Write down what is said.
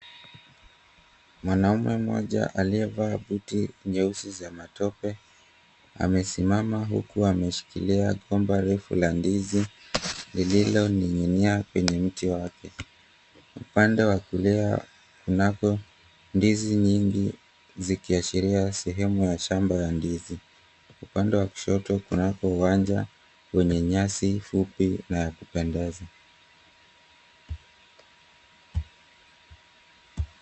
Mwanaume mmoja aliyevaa buti nyeusi za matope amesimama huku ameshikilia gomba refu la ndizi lililoning'inia kwenye mti wake, upande wa kulia kunako ndizi nyingi zikiashiria sehemu ya shamba ya ndizi, upande wa kushoto kunako uwanja wenye nyasi fupi na ya kupendeza.